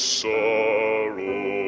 sorrow